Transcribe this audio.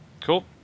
Cool